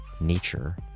nature